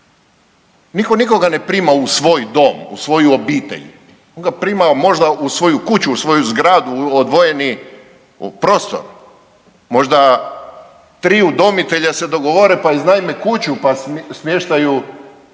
Nitko nikoga ne prima u svoj dom, u svoju obitelj, on ga prima možda u svoju kuću, u svoju zgradu, u odvojeni prostor. Možda tri udomitelja se dogovore, pa iznajme kuću, pa smještaju